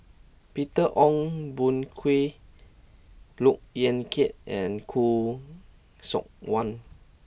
Peter Ong Boon Kwee Look Yan Kit and Khoo Seok Wan